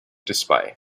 display